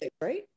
right